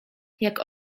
jak